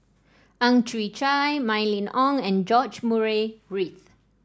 Ang Chwee Chai Mylene Ong and George Murray Reith